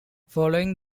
following